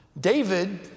David